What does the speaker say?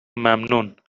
ممنون